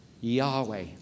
Yahweh